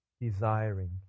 desiring